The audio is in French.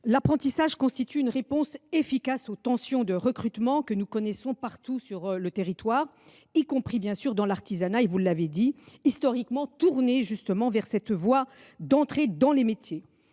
l’apprentissage constitue une réponse efficace aux tensions de recrutement que nous connaissons partout sur le territoire, y compris dans l’artisanat, historiquement tourné vers cette voie d’entrée dans les métiers.